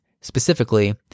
specifically